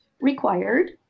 required